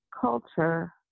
culture